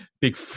big